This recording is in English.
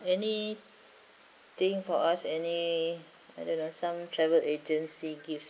any thing for us any some travel agency gives